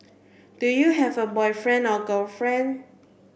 do you have a boyfriend or girlfriend